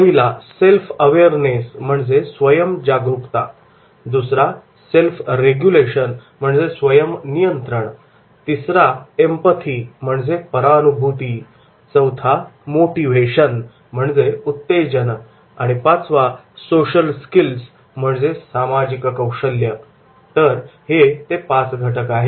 स्वयम् जागरुकता Self Awareness self awareness स्वयम् नियंत्रण Self Regulation सेल्फ रेग्युलेशन परानुभूती एम्पथी Empathy उत्तेजन Motivation मोटिव्हेशन व सामाजिक कौशल्य Social Skills सोशल स्किल्स हे ते पाच घटक आहेत